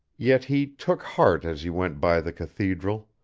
yet he took heart as he went by the cathedral